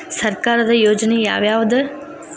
ಸರ್ಕಾರದ ಯೋಜನೆ ಯಾವ್ ಯಾವ್ದ್?